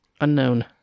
Unknown